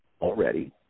already